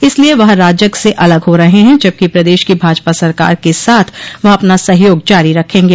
इसलिए वह राजग से अलग हो रहे हैं जबकि प्रदेश की भाजपा सरकार के साथ वह अपना सहयोग जारी रखेंगे